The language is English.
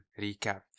recap